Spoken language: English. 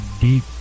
deep